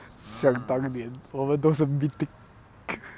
想当年我们都是 mythical